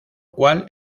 cual